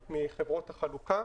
עצמו וכמובן לחברת החלוקה,